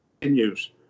continues